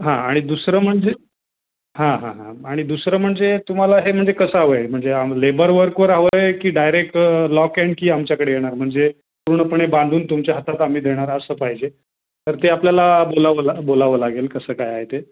हां आणि दुसरं म्हणजे हां हां हां आणि दुसरं म्हणजे तुम्हाला हे म्हणजे कसं हवं आहे म्हणजे लेबर वर्कवर हवं आहे की डायरेक्ट लॉक अँड की आमच्याकडे येणार म्हणजे पूर्णपणे बांधून तुमच्या हातात आम्ही देणार असं पाहिजे तर ते आपल्याला बोलावं ला बोलावं लागेल कसं काय आहे ते